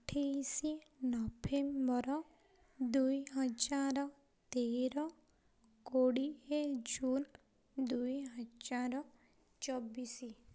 ଅଠେଇଶି ନଭେମ୍ବର ଦୁଇହଜାର ତେର କୋଡ଼ିଏ ଜୁନ୍ ଦୁଇହଜାର ଚବିଶି